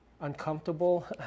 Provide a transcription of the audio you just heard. uncomfortable